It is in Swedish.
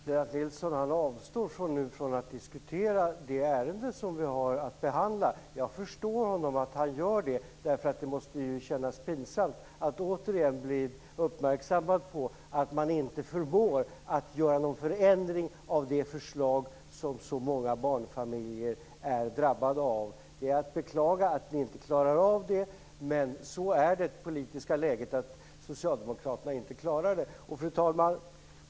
Fru talman! Lennart Nilsson avstår nu från att diskutera det ärende som vi har att behandla. Jag förstår att han gör det. Det måste kännas pinsamt att återigen bli uppmärksammad på att man inte förmår att göra någon förändring av det förslag som så många barnfamiljer är drabbade av. Det är att beklaga att ni inte klarar av det, men så är det politiska läget. Socialdemokraterna klarar det inte. Fru talman!